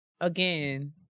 again